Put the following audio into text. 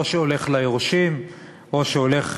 או שהולך ליורשים או שהולך,